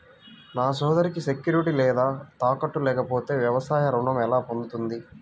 నా సోదరికి సెక్యూరిటీ లేదా తాకట్టు లేకపోతే వ్యవసాయ రుణం ఎలా పొందుతుంది?